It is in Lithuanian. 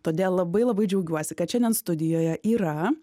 todėl labai labai džiaugiuosi kad šiandien studijoje yra